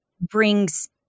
brings